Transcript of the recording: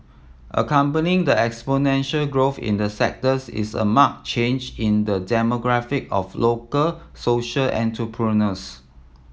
accompanying the exponential growth in the sectors is a marked change in the demographic of local social entrepreneurs